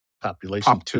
Population